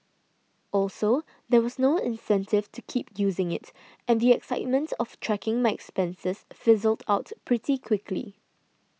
also there was no incentive to keep using it and the excitement of tracking my expenses fizzled out pretty quickly